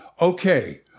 okay